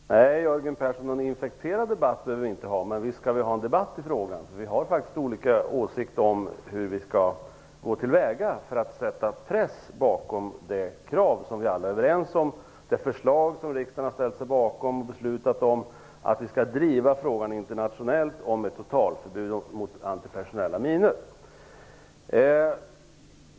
Fru talman! Nej, Jörgen Persson, någon infekterad debatt behöver vi inte ha. Men visst skall vi ha en debatt i frågan, för vi har faktiskt olika åsikter om hur vi skall gå till väga för att sätta press bakom det krav vi alla är överens om. Det är det förslag som riksdagen har ställt sig bakom och beslutat om, att vi skall driva frågan internationellt om ett totalförbud mot antipersonella minor.